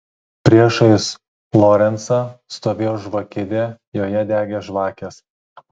priešais lorencą stovėjo žvakidė joje degė žvakės